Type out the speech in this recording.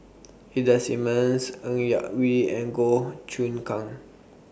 Ida Simmons Ng Yak Whee and Goh Choon Kang